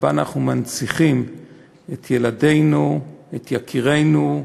שבהם אנחנו מנציחים את זכר ילדינו, יקירינו,